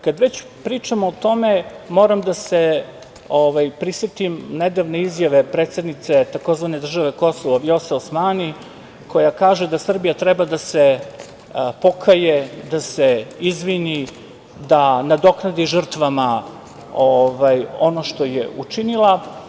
Kada već pričamo o tome, moram da se prisetim nedavne izjave predsednice tzv. Kosovo, Vjose Osmani, koja kaže da Srbija treba da se pokaje, da se izvini, da nadoknadi žrtvama ono što je učinila.